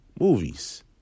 movies